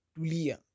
Tulia